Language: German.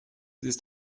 ist